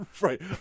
Right